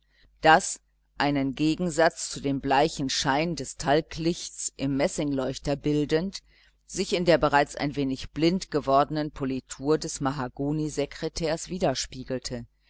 das einen gegensatz zu dem bleichen schein des talglichts im messingleuchter bildend sich in der bereits ein wenig blind gewordenen politur des mahagonisekretärs widerspiegelte